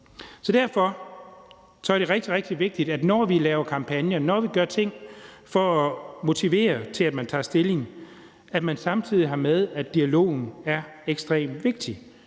Så derfor er det rigtig, rigtig vigtigt, at når vi laver kampagner, og når vi gør ting for at motivere til, at folk tager stilling, har vi samtidig det med, at dialogen er ekstremt vigtig,